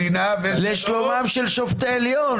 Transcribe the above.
לשלומם של שופטי עליו.